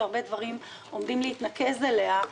שהרבה דברים עומדים להתנקז אליה,